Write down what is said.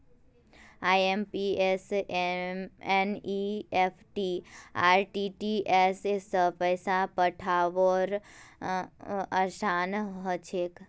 IMPS NEFT RTGS स पैसा पठऔव्वार असान हछेक